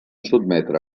sotmetre